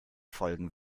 folgen